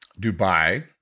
dubai